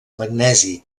magnesi